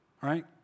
right